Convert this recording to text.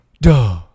Duh